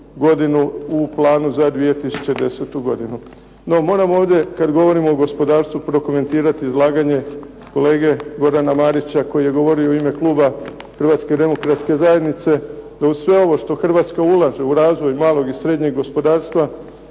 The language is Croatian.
Hrvatska ulaže u razvoj malog i srednjeg gospodarstva